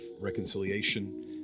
reconciliation